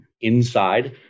inside